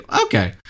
Okay